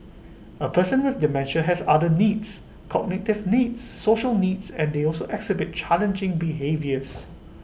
A person with dementia has other needs cognitive needs social needs and they also exhibit challenging behaviours